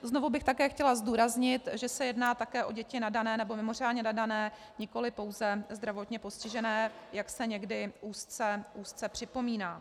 Znovu bych také chtěla zdůraznit, že se jedná také o děti nadané, nebo mimořádně nadané, nikoli pouze zdravotně postižené, jak se někdy úzce připomíná.